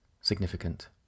significant